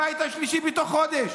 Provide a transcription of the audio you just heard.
הבית השלישי, בעוד חודש.